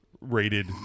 rated